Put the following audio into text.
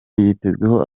yitezweho